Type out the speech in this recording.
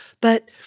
but